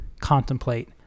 contemplate